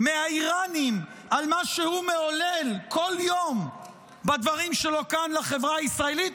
מהאיראנים על מה שהוא מעולל כל יום בדברים שלו כאן לחברה הישראלית,